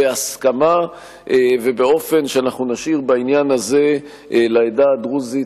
בהסכמה ובאופן שאנחנו נשאיר בעניין הזה לעדה הדרוזית